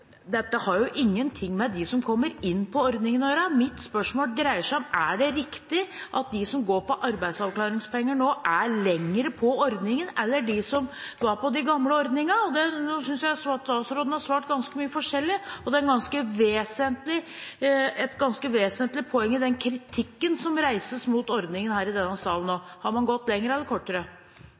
dette, for det har ingenting med dem som kommer inn i ordningen å gjøre. Mitt spørsmål er: Er det riktig at de som går på arbeidsavklaringspenger nå, er lenger i ordningen enn dem som var i de gamle ordningene? Nå synes jeg statsråden har svart ganske mye forskjellig, og det er et ganske vesentlig poeng i kritikken som nå reises mot ordningen i denne salen. Har man gått lenger eller kortere?